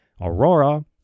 Aurora